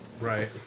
Right